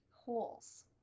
holes